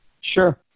Sure